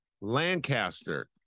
Lancaster